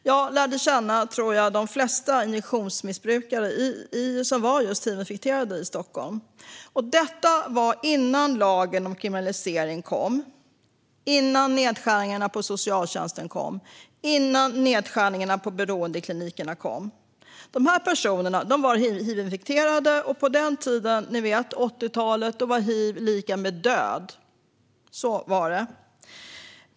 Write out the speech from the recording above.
Jag tror att jag lärde känna de flesta injektionsmissbrukare som var just hivinfekterade i Stockholm. Detta var innan lagen om kriminalisering kom, innan nedskärningarna på socialtjänsten kom och innan nedskärningarna på beroendeklinikerna kom. De här personerna var hivinfekterade, och på den tiden - på 80-talet, ni vet - var hiv lika med död. Så var det.